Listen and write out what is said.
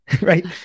Right